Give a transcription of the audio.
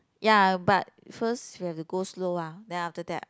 ya but first you have to go slow ah then after that